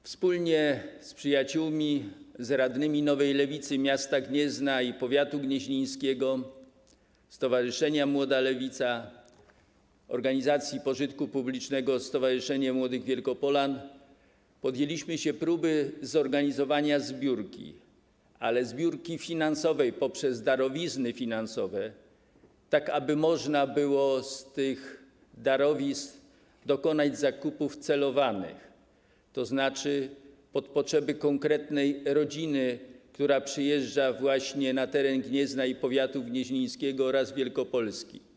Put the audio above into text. Wspólnie z przyjaciółmi, z radnymi Nowej Lewicy miasta Gniezna i powiatu gnieźnieńskiego, ze stowarzyszeniem Młoda Lewica, organizacjami pożytku publicznego, Stowarzyszeniem Młodych Wielkopolan podjęliśmy się próby zorganizowania zbiórki finansowanej poprzez darowizny finansowe, tak aby można było z tych darowizn dokonać zakupów celowanych, tzn. pod potrzeby konkretnej rodziny, która przyjeżdża na teren Gniezna i powiatu gnieźnieńskiego oraz Wielkopolski.